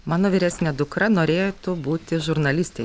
mano vyresnė dukra norėtų būti žurnaliste